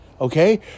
okay